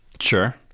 Sure